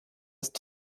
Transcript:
ist